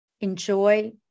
enjoy